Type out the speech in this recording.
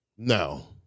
No